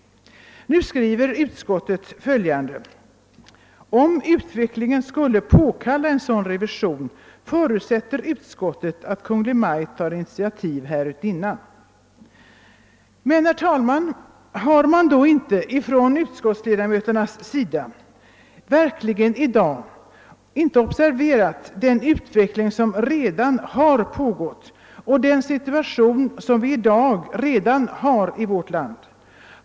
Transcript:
Utskottet skriver följande: »Om utvecklingen skulle påkalla en sådan revision förutsätter utskottet att Kungl. Maj:t tar initiativ härutinnan.» Men, herr talman, har man då från utskottsledamöternas sida verkligen inte i dag observerat den utveckling som redan har pågått och den situation som vi i dag redan har i vårt land?